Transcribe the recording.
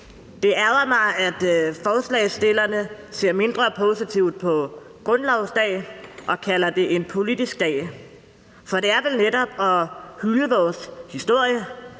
Det ærgrer mig, at forslagsstillerne ser mindre positivt på grundlovsdag og kalder det for en politisk dag, for det er vel netop at hylde vores historie,